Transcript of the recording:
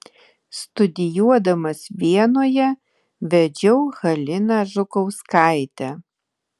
studijuodamas vienoje vedžiau haliną žukauskaitę